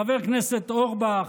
חבר הכנסת אורבך,